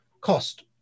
cost